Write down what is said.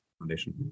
foundation